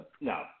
No